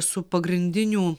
su pagrindinių